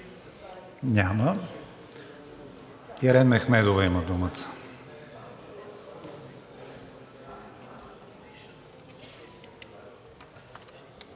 Няма. Имрен Мехмедова има думата.